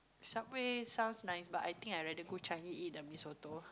Subway sounds nice but I think I rather go Changi eat the Mee-Soto